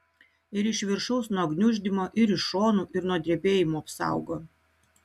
ir iš viršaus nuo gniuždymo ir iš šonų ir nuo drebėjimų apsaugo